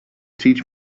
teach